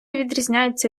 відрізняються